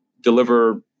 deliver